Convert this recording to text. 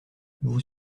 vous